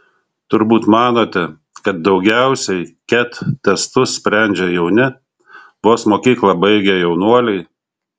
turbūt manote kad daugiausiai ket testus sprendžia jauni vos mokyklą baigę jaunuoliai